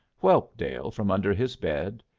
whelpdale from under his bed.